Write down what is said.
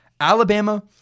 Alabama